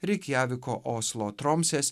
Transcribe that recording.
reikjaviko oslo tromsės